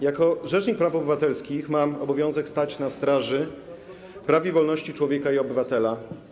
Jako rzecznik praw obywatelskich mam obowiązek stać na straży praw i wolności człowieka i obywatela.